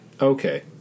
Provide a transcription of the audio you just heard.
Okay